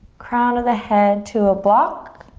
crown of the head to a block,